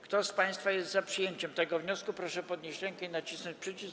Kto z państwa jest za przyjęciem tego wniosku, proszę podnieść rękę i nacisnąć przycisk.